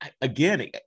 again